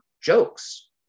jokes